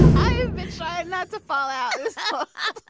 so i ah try not to fall out with ah but